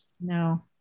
No